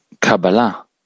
Kabbalah